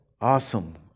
Awesome